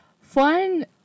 fun